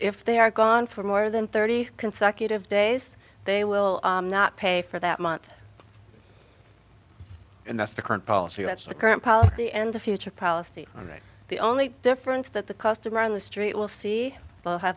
if they are gone for more than thirty consecutive days they will not pay for that month and that's the current policy that's the current policy and the future policy on that the only difference is that the customer on the street will see